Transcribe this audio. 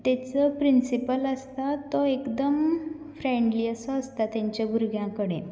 ताचो प्रिंसिपल आसता तो एकदम फ्रँड्ली असो आसता तांच्या भुरग्यां कडेन